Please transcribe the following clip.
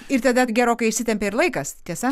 ir tada gerokai išsitempė ir laikas tiesa